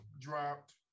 dropped